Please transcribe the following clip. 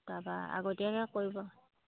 তাৰপৰা আগতীয়াকৈ কৰিব